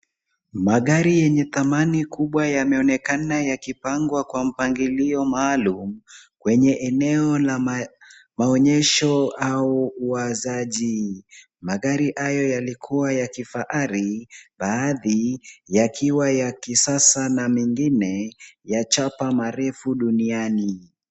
Magari yenye thamani kubwa yameonekana yakipangwa kwa mpangilio maalum, kwenye eneo la maonyesho au wauzaji. Magari hayo yalikuwa ya kifahari baadhi yakiwa ya kisasa na mengine ya chapa marefu duniani.